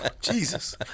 Jesus